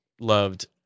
loved